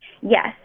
Yes